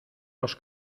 los